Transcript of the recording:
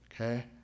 Okay